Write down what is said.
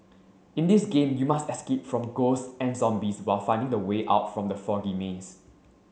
in this game you must escape from ghosts and zombies while finding the way out from the foggy maze